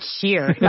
cheer